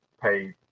pay